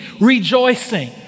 rejoicing